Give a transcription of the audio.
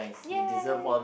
ya